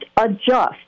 adjust